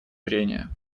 прения